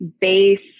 base